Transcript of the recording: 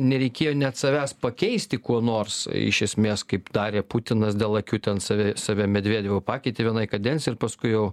nereikėjo net savęs pakeisti kuo nors iš esmės kaip darė putinas dėl akių ten save save medvedevu pakeitė vienai kadencijai ir paskui jau